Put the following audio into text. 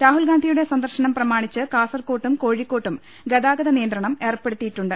രാഹുൽഗാന്ധിയുടെ സന്ദർശനം പ്രമാണിച്ച് കാസർകോട്ടും കോഴിക്കോട്ടും ഗതാഗത നിയന്ത്രണം ഏർപ്പെടുത്തിയിട്ടുണ്ട്